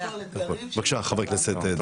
בבקשה, חבר הכנסת דוידסון.